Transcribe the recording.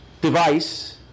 device